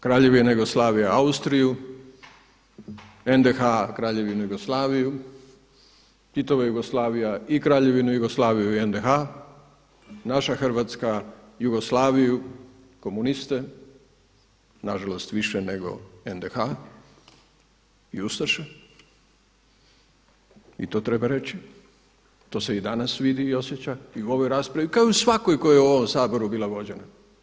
Kraljevina Jugoslavija Austriju, NDH Kraljevinu Jugoslaviju, Titova Jugoslavija i Kraljevinu Jugoslaviju i NDH, naša Hrvatska Jugoslaviju, komuniste, na žalost više nego NDH i ustaše, i to treba reći, to se i danas vidi i osjeća i u ovoj raspravi, kao i u svakoj koja je u ovom Saboru bila vođena.